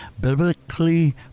biblically